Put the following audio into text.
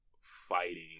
fighting